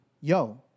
Yo